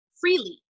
freely